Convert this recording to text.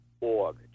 org